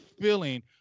feeling